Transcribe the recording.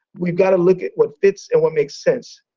we've got to look at what fits and what makes sense.